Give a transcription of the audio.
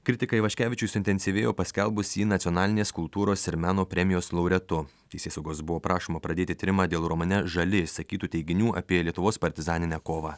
kritikai vaškevičiui suintensyvėjo paskelbus jį nacionalinės kultūros ir meno premijos laureatu teisėsaugos buvo prašoma pradėti tyrimą dėl romane žali išsakytų teiginių apie lietuvos partizaninę kovą